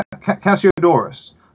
Cassiodorus